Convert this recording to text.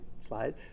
slide